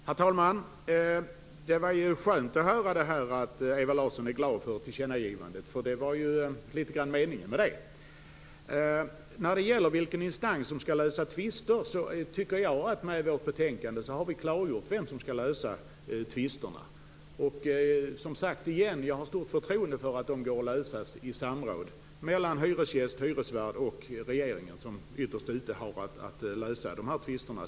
Herr talman! Det var ju skönt att höra att Ewa Larsson är glad för tillkännagivandet. Det var litet grand avsikten med det. Frågan om vilken instans som skall lösa tvister tycker jag att vi har klargjort i vårt betänkande. Jag vill återigen säga att jag har stort förtroende att tvister kan lösas i samråd mellan hyresgäst, hyresvärd och regeringen, vilken såsom modellen nu ser ut ytterst har att lösa tvisterna.